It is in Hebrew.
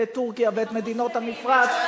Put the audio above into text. את טורקיה ואת מדינות המפרץ,